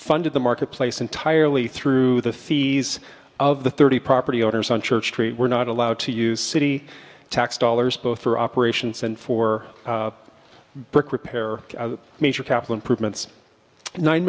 funded the marketplace entirely through the fees of the thirty property owners on church street we're not allowed to use city tax dollars both for operations and for brick repair a major capital improvements nine